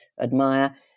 admire